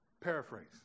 Paraphrase